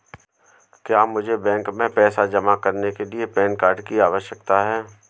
क्या मुझे बैंक में पैसा जमा करने के लिए पैन कार्ड की आवश्यकता है?